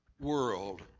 world